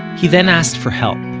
he then asked for help.